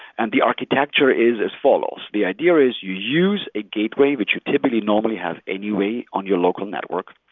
and the architecture is as follows. the idea is you use a gateway, which you typically normally have anyway on your local network.